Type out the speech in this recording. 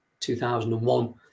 2001